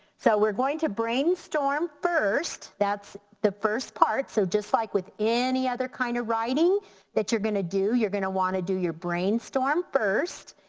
so we're going to brainstorm first. that's the first part so just like with any other kind of writing that you're gonna do, you're gonna want to do your brainstorm first.